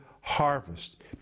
harvest